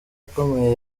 ikomeye